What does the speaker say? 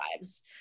lives